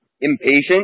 impatient